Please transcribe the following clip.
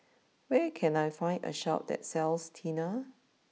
where can I find a Shop that sells Tena